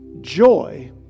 joy